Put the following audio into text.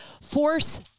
force